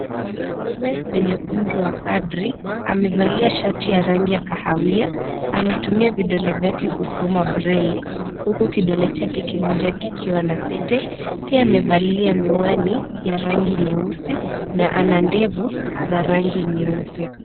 mwanaume mwenye umri wa kadri, amevalia shati ya rangi ya kahawia, anatumia vidole vyake kusoma braille. Huku kidole chake kimoja kikiwa na pete, pia amevalia miwani ya rangi nyeusi, na ana ndevu ya rangi nyeupe.